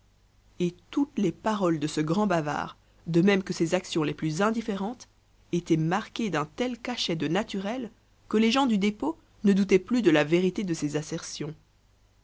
et toutes les paroles de ce grand bavard de même que ses actions les plus indifférentes étaient marquées d'un tel cachet de naturel que les gens du dépôt ne doutaient plus de la vérité de ses assertions